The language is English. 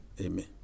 Amen